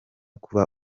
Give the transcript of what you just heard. kuba